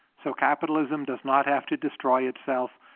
so capitalism does not have to destroy itself.